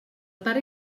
pare